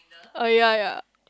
oh ya ya